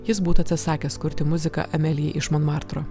jis būtų atsisakęs kurti muziką amelijai iš monmartro